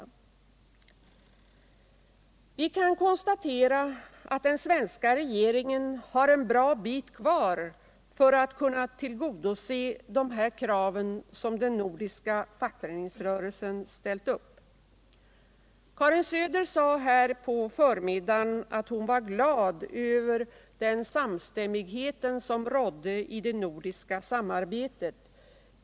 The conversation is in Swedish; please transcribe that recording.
Vi kan konstatera att den svenska regeringen har en bra bit kvar när det gäller att tillgodose de krav som den nordiska fackföreningsrörelsen har ställt upp. Karin Söder sade på förmiddagen att hon var glad över den samstämmighet som rådde i det nordiska samarbetet.